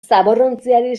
zaborrontziari